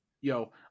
yo